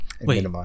wait